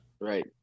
right